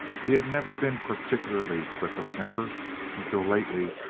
he had never been particularly quick of temper until lately.